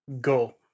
Go